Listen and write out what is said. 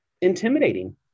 intimidating